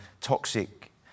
toxic